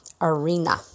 arena